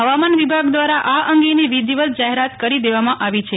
હવામાન વિભાગ દ્વારા આ અંગેની વિધિવત જાહેરાત કરી દેવામાં આવી છે